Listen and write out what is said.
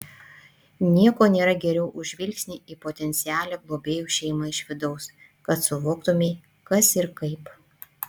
nieko nėra geriau už žvilgsnį į potencialią globėjų šeimą iš vidaus kad suvoktumei kas ir kaip